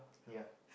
ya